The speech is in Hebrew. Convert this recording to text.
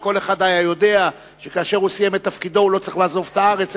וכל אחד היה יודע שכאשר הוא סיים את תפקידו הוא לא צריך לעזוב את הארץ,